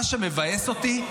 מה שמבאס אותי,